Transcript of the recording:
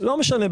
לא משנה.